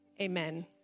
amen